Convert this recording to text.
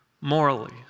morally